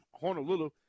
Honolulu